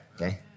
okay